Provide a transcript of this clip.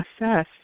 assess